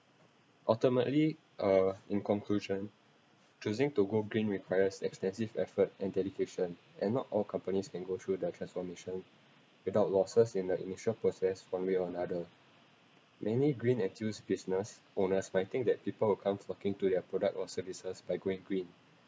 ultimately uh in conclusion choosing to go green requires extensive efforts and dedication and not all companies can go through the transformation without losses in the initial process one way or other many green business were not expecting that people will come flocking to their products or services by going green